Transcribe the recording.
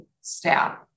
staff